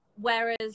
whereas